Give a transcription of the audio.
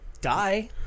die